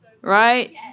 Right